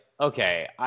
okay